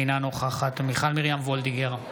אינה נוכחת מיכל מרים וולדיגר,